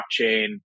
blockchain